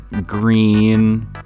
green